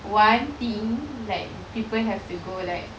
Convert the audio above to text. one thing like people have to go like